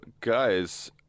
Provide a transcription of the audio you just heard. guys